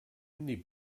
handy